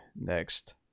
next